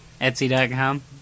Etsy.com